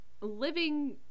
living